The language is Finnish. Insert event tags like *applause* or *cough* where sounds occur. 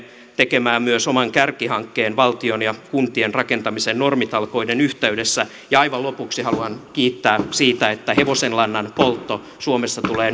tekemään myös oman kärkihankkeemme valtion ja kuntien rakentamisen normitalkoiden yhteydessä aivan lopuksi haluan kiittää siitä että hevosenlannan poltto suomessa tulee *unintelligible*